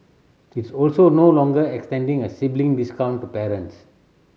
it's also no longer extending a sibling discount to parents